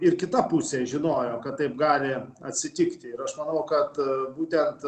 ir kita pusė žinojo kad taip gali atsitikti ir aš manau kad būtent